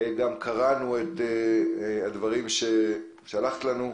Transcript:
קראנו את הדברים ששלחת לנו,